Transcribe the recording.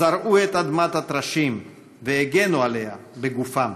זרעו את אדמת הטרשים והגנו עליה בגופם.